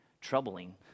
troubling